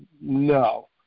No